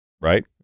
right